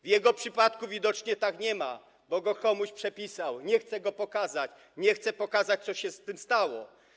W jego przypadku widocznie tak nie jest, bo komuś to przepisał, nie chce tego pokazać, nie chce pokazać, co się z tym stało.